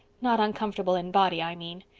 not uncomfortable in body i mean.